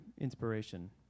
inspiration